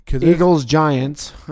Eagles-Giants